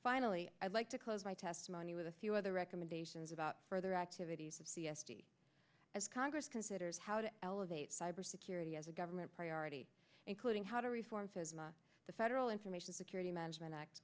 finally i'd like to close my testimony with a few other recommendations about further activities of c s t as congress considers how to elevate cybersecurity as a government priority including how to reform says the federal information security management act